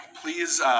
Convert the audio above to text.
please